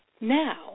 now